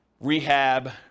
rehab